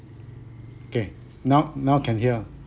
okay now now can hear